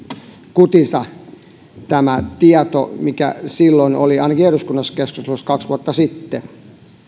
kutinsa tämä tieto mikä oli ainakin eduskunnassa keskustelussa silloin kaksi vuotta sitten